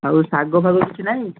ଆଉ ଶାଗ ଫାଗ କିଛି ନାଇଁ